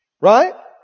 Right